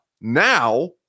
Now